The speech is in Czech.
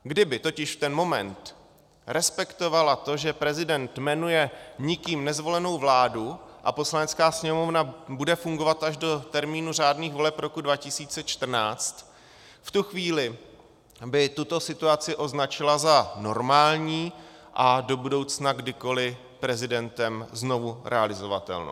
Kdyby totiž v ten moment respektovala to, že prezident jmenuje nikým nezvolenou vládu a Poslanecká sněmovna bude fungovat až do termínu řádných voleb roku 2014, v tu chvíli by tuto situaci označila za normální a do budoucna kdykoli prezidentem znova realizovatelnou.